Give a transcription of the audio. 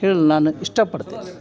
ಹೇಳಿ ನಾನು ಇಷ್ಟಪಡ್ತೇನೆ